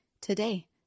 today